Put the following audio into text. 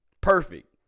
perfect